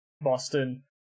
Boston